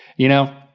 you know?